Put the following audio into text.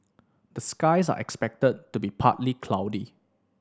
the skies are expected to be partly cloudy